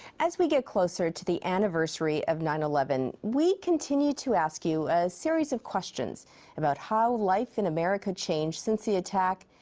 as we get closer to the anniversary of nine eleven we continue to ask you a series of questions about how life in america changed since the attack.